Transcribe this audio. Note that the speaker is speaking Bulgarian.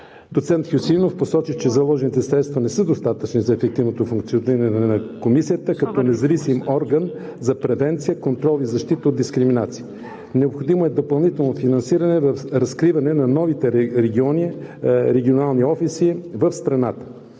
доцент Хюсеинов посочи, че заложените средства не са достатъчни за ефективното функциониране на Комисията като независим орган за превенция, контрол и защита от дискриминация. Необходимо е допълнително финансиране за разкриване на нови регионални офиси в страната.